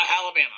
Alabama